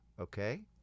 okay